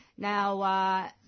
Now